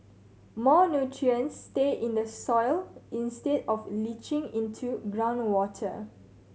more nutrients stay in the soil instead of leaching into groundwater